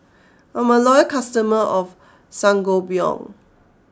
I'm a loyal customer of Sangobion